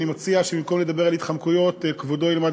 אני מציע שבמקום לדבר על התחמקויות כבודו ילמד